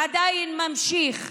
עדיין נמשך.